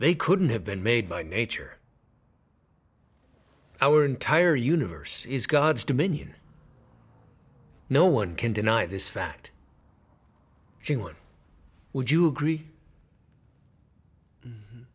they couldn't have been made by nature our entire universe is god's dominion no one can deny this fact she won would you agree